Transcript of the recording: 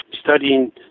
studying